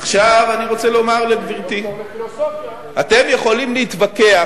עכשיו, אני רוצה לומר לגברתי, אתם יכולים להתווכח